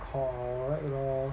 correct lor